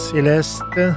Celeste